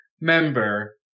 member